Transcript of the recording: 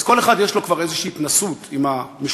אז לכל אחד כבר יש איזושהי התנסות עם המשטרה,